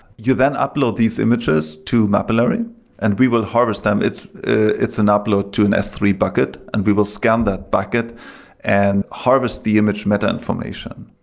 you then upload these images to mapillary and we will harvest them. it's it's an upload so an s three bucket and we will scan that bucket and harvest the image meta information.